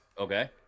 Okay